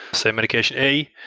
say medication a,